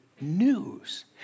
news